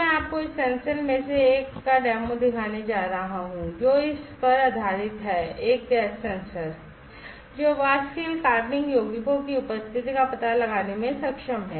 मैं आपको इस सेंसर में से एक का डेमो दिखाने जा रहा हूं जो कि इस पर आधारित है एक गैस सेंसर है जो वाष्पशील कार्बनिक यौगिकों की उपस्थिति का पता लगाने में सक्षम है